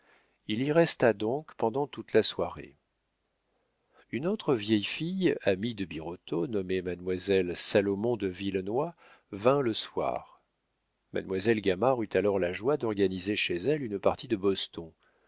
il y resta donc pendant toute la soirée une autre vieille fille amie de birotteau nommée mademoiselle salomon de villenoix vint le soir mademoiselle gamard eut alors la joie d'organiser chez elle une partie de boston